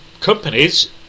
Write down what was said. Companies